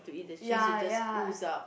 ya ya